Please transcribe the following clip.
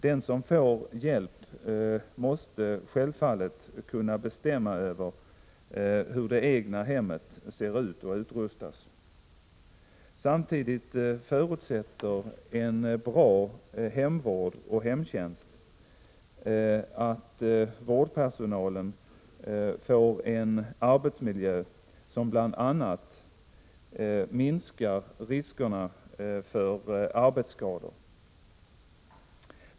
Den som får hjälp måste självfallet kunna bestämma över hur det egna hemmet ser ut och utrustas. Samtidigt förutsätter en bra hemvård och hemtjänst att vårdpersonalen får en arbetsmiljö som bl.a. minskar riskerna för arbetsskador.